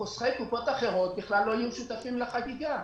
אבל חוסכי קופות אחרות בכלל לא יהיו שותפים לחגיגה.